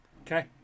Okay